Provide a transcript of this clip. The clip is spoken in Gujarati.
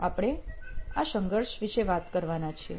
આગળ આપણે આ સંઘર્ષ વિષે વાત કરવાના છીએ